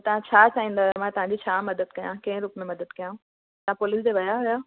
तव्हां छा चाहींदा आहियो मां तव्हांजी छा मददु कयां कहिड़े रुप में मददु कयांव तव्हां पोलीस में विया हुया